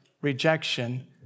rejection